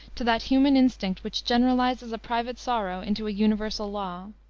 to that human instinct which generalizes a private sorrow into a universal law.